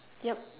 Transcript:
yup